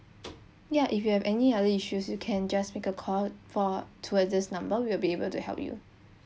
ya if you have any other issues you can just make a call for towards this number we will be able to help you